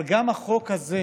אבל גם החוק הזה,